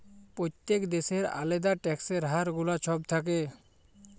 প্যত্তেক দ্যাশের আলেদা ট্যাক্সের হার গুলা ছব থ্যাকে